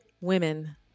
women